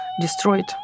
destroyed